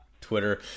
Twitter